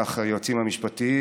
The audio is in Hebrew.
כך היועצים המשפטיים,